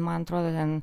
man atrodo ten